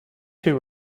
two